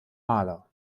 maler